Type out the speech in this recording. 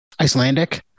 Icelandic